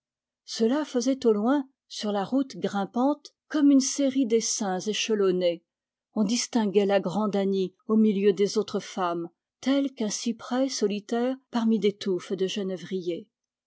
cela faisait au loin sur la route grimpante comme une série d'essaims échelonnés on distinguait la grande annie au milieu des autres femmes tel qu'un cyprès solitaire parmi des touffes de genévrier